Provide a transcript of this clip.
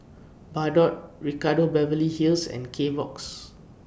Bardot Ricardo Beverly Hills and Kbox